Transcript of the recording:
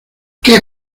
qué